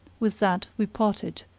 with that we parted,